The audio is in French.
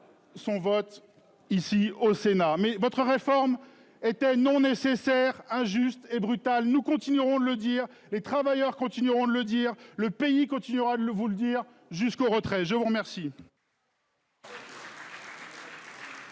Son vote ici au Sénat, mais votre réforme était non nécessaire injuste et brutale. Nous continuerons de le dire, les travailleurs continueront de le dire le pays continuera de le vous le dire, jusqu'au retrait. Je vous remercie.